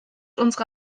unsere